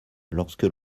lorsque